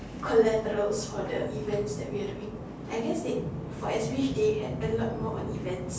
collaterals for the events that we are doing I guess it for S_P_H they had a lot more on events